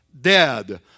dead